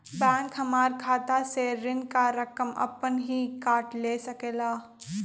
Bank हमार खाता से ऋण का रकम अपन हीं काट ले सकेला?